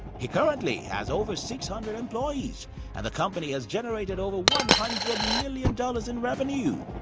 he currently has over six hundred employees and the company has generated over one hundred million dollars in revenue.